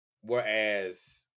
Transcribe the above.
whereas